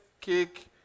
cake